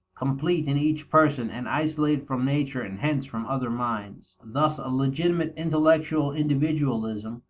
complete in each person, and isolated from nature and hence from other minds. thus legitimate intellectual individualism,